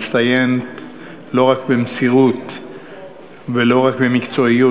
הוא הצטיין לא רק במסירות ולא רק במקצועיות